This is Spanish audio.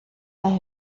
las